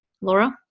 laura